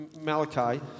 Malachi